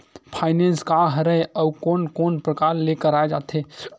Finance का हरय आऊ कोन कोन प्रकार ले कराये जाथे?